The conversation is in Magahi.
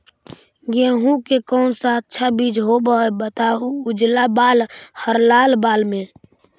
गेहूं के कौन सा अच्छा बीज होव है बताहू, उजला बाल हरलाल बाल में?